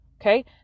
Okay